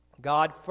God